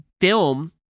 film